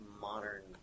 modern